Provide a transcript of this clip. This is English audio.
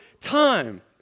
time